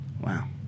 Wow